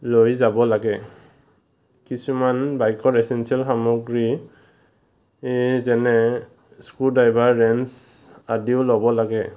লৈ যাব লাগে কিছুমান বাইকৰ এচেনঞ্চিয়েল সামগ্ৰী যেনে স্ক্ৰু ড্ৰাইভাৰ ৰেঞ্চ আদিও ল'ব লাগে